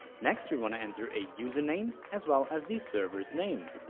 next we want to enter a user name as well as the server's name.